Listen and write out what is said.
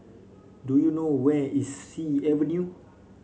do you know where is Sea Avenue